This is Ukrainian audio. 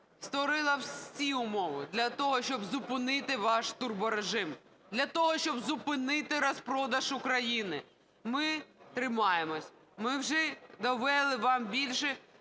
створила всі умови для того, щоб зупинити ваш турборежим, для того, щоб зупинити розпродаж України. Ми тримаємося. Ми вже довели вам більше